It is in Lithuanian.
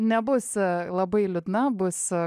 nebus labai liūdna bus